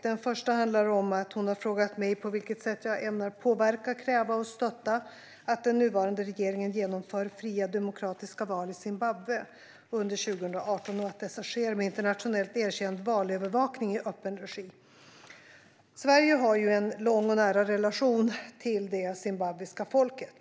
Den första handlar om att hon har frågat mig på vilket sätt jag ämnar påverka, kräva och stötta att den nuvarande regeringen genomför fria demokratiska val i Zimbabwe under 2018 och att dessa sker med internationellt erkänd valövervakning i öppen regi. Sverige har en lång och nära relation till det zimbabwiska folket.